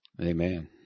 Amen